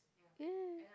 yeah